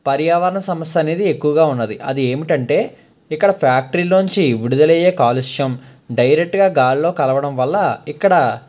పర్యావరణ సమస్య అనేది ఎక్కువగా ఉన్నది అది ఏమిటంటే ఇక్కడ ఫ్యాక్టరీలోంచి విడుదలయ్యే కాలుష్యం డైరెక్ట్గా గాల్లో కలవడం వల్ల ఇక్కడ